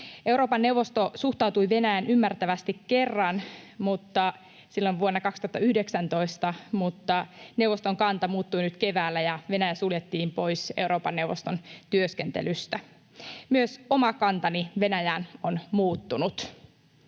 Euroopan neuvosto suhtautui Venäjään ymmärtävästi kerran, silloin vuonna 2019, mutta neuvoston kanta muuttui nyt keväällä, ja Venäjä suljettiin pois Euroopan neuvoston työskentelystä. Myös oma kantani Venäjään on muuttunut.